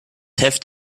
heft